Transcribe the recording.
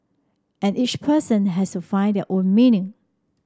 and each person has to find their own meaning